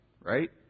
right